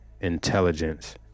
intelligence